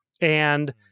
And-